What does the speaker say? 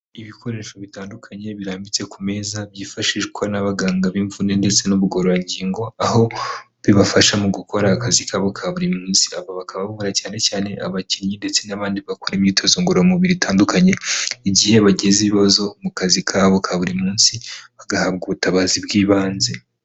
Ibikoresho bitandukanye birambitse ku meza byifashishwa n'abaganga b'imvune ndetse n'ubugororangingo, aho bibafasha mu gukora akazi kabo ka buri munsi. Aba bakaba bavura cyane cyane abakinnyi ndetse n'abandi bakora imyitozo ngororamubiri zitandukanye, igihe bagize ibibazo mu kazi kabo ka buri munsi bagahabwa ubutabazi bw'ibanze.